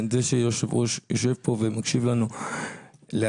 זה שהיושב ראש יושב פה ומקשיב לנו להכול,